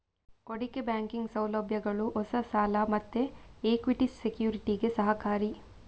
ಹೂಡಿಕೆ ಬ್ಯಾಂಕಿಂಗ್ ಸೌಲಭ್ಯಗಳು ಹೊಸ ಸಾಲ ಮತ್ತೆ ಇಕ್ವಿಟಿ ಸೆಕ್ಯುರಿಟಿಗೆ ಸಹಕಾರಿ